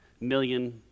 million